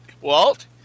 Walt